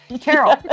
Carol